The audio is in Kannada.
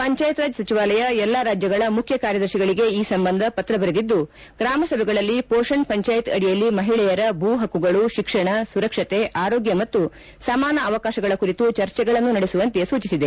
ಪಂಚಾಯತ್ ರಾಜ್ ಸಚಿವಾಲಯ ಎಲ್ಲಾ ರಾಜ್ಯಗಳ ಮುಖ್ಯ ಕಾರ್ಯದರ್ತಿಗಳಿಗೆ ಈ ಸಂಬಂಧ ಪತ್ರ ಬರೆದಿದ್ದು ಗ್ರಾಮಸಭೆಗಳಲ್ಲಿ ಪೋಷಣ್ ಪಂಚಾಯತ್ ಅಡಿಯಲ್ಲಿ ಮಹಿಳೆಯರ ಭೂ ಪಕ್ಕುಗಳು ಶಿಕ್ಷಣ ಸುರಕ್ಷತೆ ಆರೋಗ್ಯ ಮತ್ತು ಸಮಾನ ಅವಕಾಶಗಳ ಕುರಿತು ಚರ್ಚೆಗಳನ್ನು ನಡೆಸುವಂತೆ ಸೂಚಿಸಿದೆ